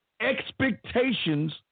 expectations